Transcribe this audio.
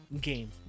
game